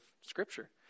Scripture